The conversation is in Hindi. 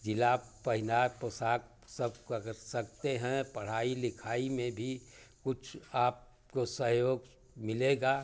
जिला पहिना पोशाक सबका कर सकते हैं पढ़ाई लिखाई में भी कुछ आपको सहयोग मिलेगा